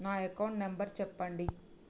నా account number చెప్పండి?